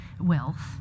wealth